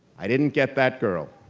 i didn't get that girl,